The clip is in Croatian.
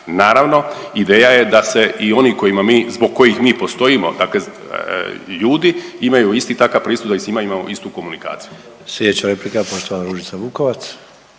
Naravno, ideja je da se i oni kojima mi, zbog kojih mi postojimo, dakle ljudi imaju isti takav pristup da i s njima imamo istu komunikaciju.